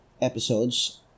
episodes